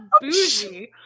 bougie